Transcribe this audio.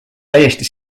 täiesti